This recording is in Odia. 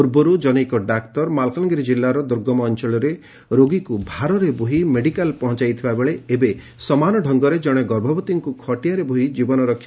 ପୂର୍ବରୁ ଜନୈକ ଡାକ୍ତର ମାଲକାନଗିରି ଜିଲ୍ଲାର ଦୁର୍ଗମ ଅଂଚଳରେ ରୋଗୀକୁ ଭାରରେ ବୋହି ମେଡିକାଲ ପହଞାଇଥିବା ବେଳେ ଏବେ ସମାନ ଢଙ୍ଗରେ ଜଣେ ଗର୍ଭବତୀଙ୍କୁ ଖଟିଆରେ ବୋହି ଜୀବନ ରକ୍ଷା କରିଛନ୍ତି